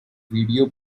video